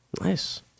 Nice